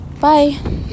Bye